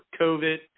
COVID